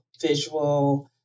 visual